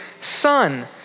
son